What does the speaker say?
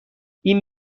این